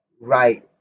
right